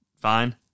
fine